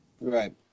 Right